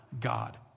God